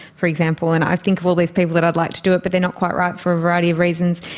for example, and i think of all these people that i'd like to do it but they are not quite right for a variety of reasons.